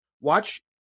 watch